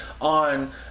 on